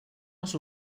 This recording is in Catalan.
als